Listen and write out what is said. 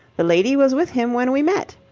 the lady was with him when we met.